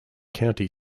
county